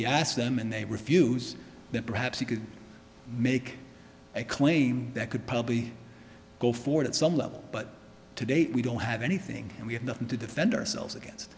fiasco them and they refuse then perhaps you could make a claim that could probably go forward at some level but to date we don't have anything and we have nothing to defend ourselves against